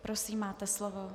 Prosím, máte slovo.